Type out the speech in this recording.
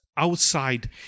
outside